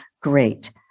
great